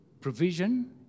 provision